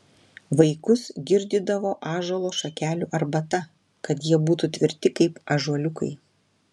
vaikus girdydavo ąžuolo šakelių arbata kad jie būtų tvirti kaip ąžuoliukai